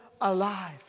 alive